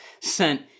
sent